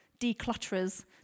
declutterers